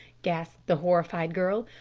gasped the horrified girl,